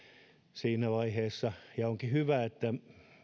siinä vaiheessa onkin hyvä että